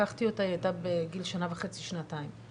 לקחתי אותה, היא הייתה בגיל שנה וחצי, שנתיים.